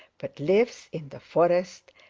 but lives in the forest,